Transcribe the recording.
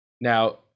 Now